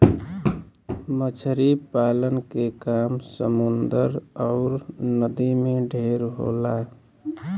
मछरी पालन के काम समुन्दर अउर नदी में ढेर होला